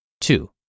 two